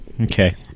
Okay